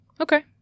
Okay